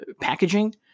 packaging